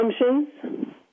assumptions